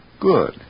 Good